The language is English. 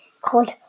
called